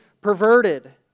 perverted